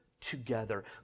together